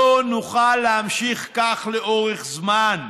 לא נוכל להמשיך ככה לאורך זמן,